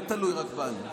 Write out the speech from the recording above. לא תלוי רק בנו.